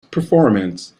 performance